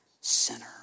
sinner